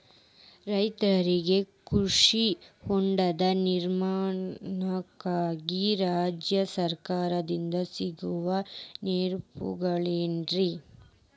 ರೈತರಿಗೆ ಕೃಷಿ ಹೊಂಡದ ನಿರ್ಮಾಣಕ್ಕಾಗಿ ರಾಜ್ಯ ಸರ್ಕಾರದಿಂದ ಸಿಗುವ ನೆರವುಗಳೇನ್ರಿ?